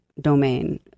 domain